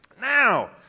Now